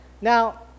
Now